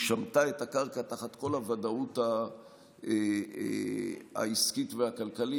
שבה היא שמטה את הקרקע תחת כל הוודאות העסקית והכלכלית,